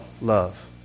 love